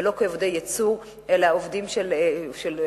ולא כעובדי ייצור אלא כעובדים איכותיים,